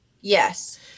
Yes